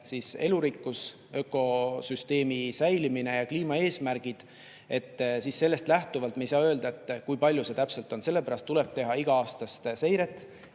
elurikkus, ökosüsteemi säilimine ja kliimaeesmärgid, siis sellest lähtuvalt me ei saa öelda, kui palju see täpselt on, sellepärast tuleb teha iga‑aastast seiret,